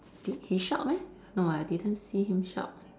did he shout meh no I didn't see him shout